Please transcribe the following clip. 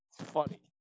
funny